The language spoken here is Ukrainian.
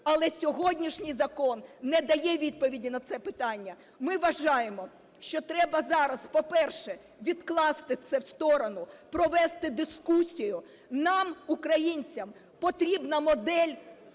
Але сьогоднішній закон не дає відповіді на це питання. Ми вважаємо, що треба зараз, по-перше, відкласти це в сторону, провести дискусію. Нам українцям потрібна модель